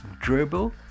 Dribble